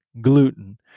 Gluten